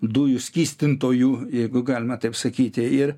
dujų skystintojų jeigu galima taip sakyti ir